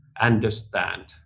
understand